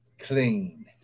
clean